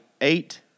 eight